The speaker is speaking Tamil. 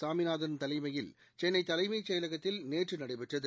சாமிநாதன் தலைமையில் சென்னைதலைமைச் செயலகத்தில் நேற்றுநடைபெற்றது